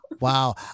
Wow